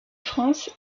france